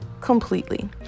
Completely